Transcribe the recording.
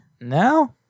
No